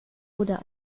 oder